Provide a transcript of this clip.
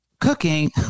cooking